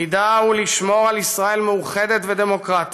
תפקידה הוא לשמור על ישראל מאוחדת ודמוקרטית,